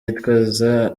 yitwaza